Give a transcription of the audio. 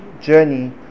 journey